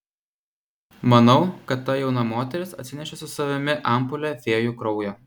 manau kad ta jauna moteris atsinešė su savimi ampulę fėjų kraujo